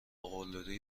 قلدری